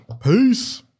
Peace